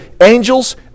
Angels